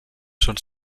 són